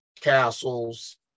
castles